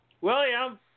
William